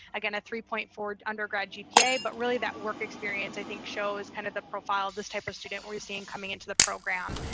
again, a three point four undergrad gpa, but really that work experience, i think, shows kind of the profile of this type of student we're seeing coming into the program.